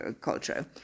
culture